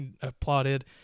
applauded